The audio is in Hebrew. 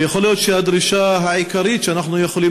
ויכול להיות שהדרישה העיקרית שאנחנו יכולים